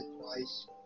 twice